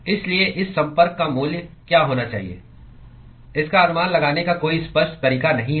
इसलिए इस संपर्क का मूल्य क्या होना चाहिए इसका अनुमान लगाने का कोई स्पष्ट तरीका नहीं है